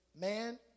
man